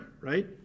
Right